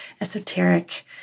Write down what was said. esoteric